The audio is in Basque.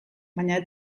baina